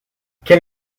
quel